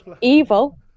evil